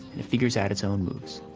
and figures out its own moves.